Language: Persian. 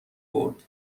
برد